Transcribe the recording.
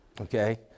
Okay